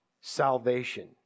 salvation